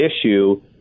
issue